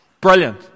Brilliant